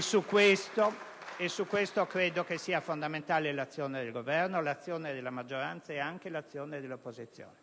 Su questo credo sia fondamentale l'azione del Governo e della maggioranza, e anche dell'opposizione.